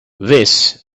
this